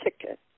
ticket